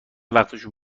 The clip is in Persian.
وقتشون